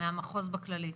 מהמחוז בכללית.